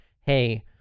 hey